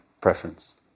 preference